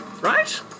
Right